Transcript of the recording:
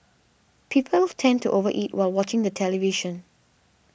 people tend to over eat while watching the television